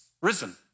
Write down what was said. risen